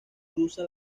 cruza